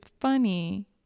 funny